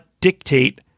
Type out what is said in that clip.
dictate